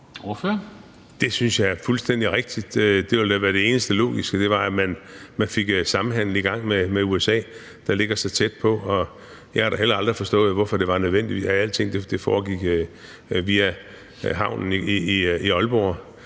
Det synes jeg er fuldstændig rigtigt. Det ville da være det eneste logiske, altså at man fik samhandel i gang med USA, der ligger så tæt på. Jeg har da heller aldrig forstået, hvorfor det var nødvendigt, at alting foregik via havnen i Aalborg.